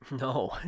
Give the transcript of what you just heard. No